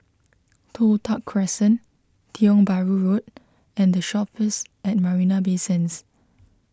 Toh Tuck Crescent Tiong Bahru Road and the Shoppes at Marina Bay Sands